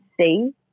see